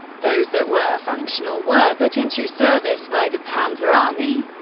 those that were functional were put into service by the panzerarmee.